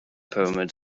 pyramids